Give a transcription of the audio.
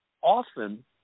often